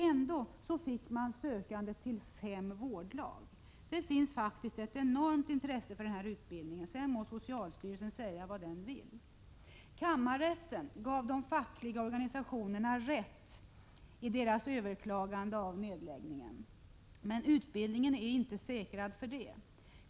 Ändå fick man sökande till fem vårdlag. Det finns faktiskt ett enormt intresse för denna utbildning — sedan må socialstyrelsen säga vad den vill. Kammarrätten gav de fackliga organisationerna rätt i deras överklagande av nedläggningen. Men utbildningen är inte säkrad för det.